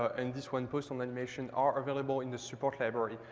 and this one, post on animation, are available in the support library.